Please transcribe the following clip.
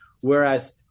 whereas